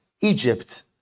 Egypt